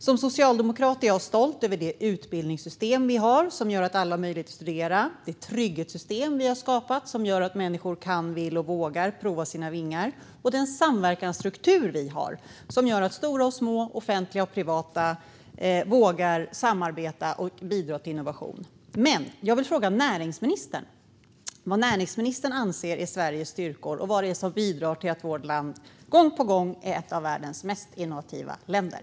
Som socialdemokrat är jag stolt över det utbildningssystem vi har, som gör att alla har möjlighet att studera, det trygghetssystem vi har skapat, som gör att människor kan, vill och vågar prova sina vingar, och den samverkansstruktur vi har, som gör att stora och små, offentliga och privata, vågar samarbeta och bidra till innovation. Jag vill fråga näringsministern: Vad anser ministern är Sveriges styrkor, och vad är det som bidrar till att vårt land gång på gång är ett av världens mest innovativa länder?